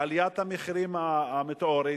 בעליית המחירים המטאורית,